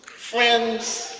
friends,